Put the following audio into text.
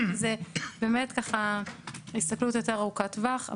זה בהסתכלות ארוכת טווח יותר,